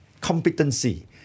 competency